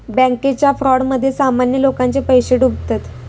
बॅन्केच्या फ्रॉडमध्ये सामान्य लोकांचे पैशे डुबतत